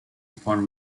upon